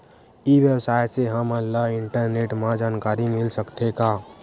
ई व्यवसाय से हमन ला इंटरनेट मा जानकारी मिल सकथे का?